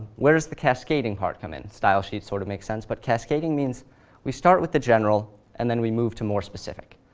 where does the cascading part come in? style sheet sort of makes sense, but cascading means we start with the general and then we move to more specific.